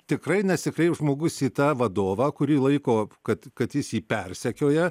tikrai nesikreips žmogus į tą vadovą kurį laiko kad kad jis jį persekioja